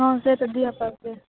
हँ से तऽ दीअऽ पड़तै